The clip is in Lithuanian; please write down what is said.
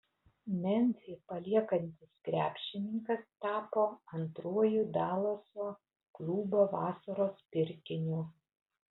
memfį paliekantis krepšininkas tapo antruoju dalaso klubo vasaros pirkiniu